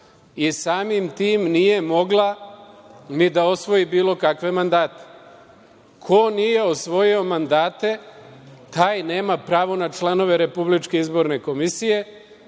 i samim tim nije mogla ni da osvoji bilo kakve mandate. Ko nije osvojio mandate taj nema pravo na članove RIK-a, taj nema